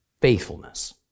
faithfulness